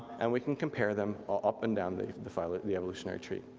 and we can compare them up and down the the file in the evolutionary tree.